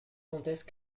comtesse